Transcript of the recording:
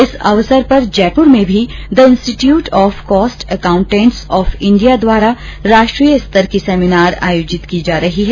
इस अवसर पर जयपूर में the institute of cost accountants of India द्वारा राष्ट्रीय स्तर की सेमीनार आयोजित की जा रही है